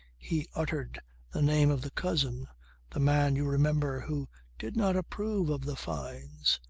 he uttered the name of the cousin the man, you remember, who did not approve of the fynes,